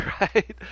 Right